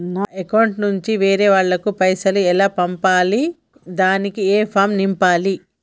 నా అకౌంట్ నుంచి వేరే వాళ్ళకు పైసలు ఎలా పంపియ్యాలి దానికి ఏ ఫామ్ నింపాలి?